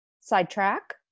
Sidetrack